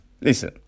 listen